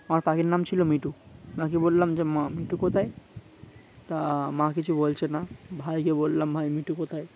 আমার পাখির নাম ছিলো মিঠু মাকে বললাম যে মা মিঠু কোথায় তা মা কিছু বলছে না ভাইকে বললাম ভাই মিটু কোথায়